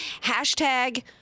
hashtag